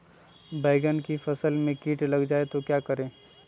बैंगन की फसल में कीट लग जाए तो क्या करें?